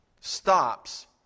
stops